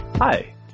Hi